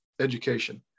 education